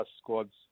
squads